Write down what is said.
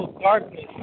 darkness